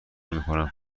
میکنم